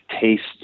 tastes